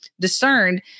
discerned